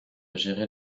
gérer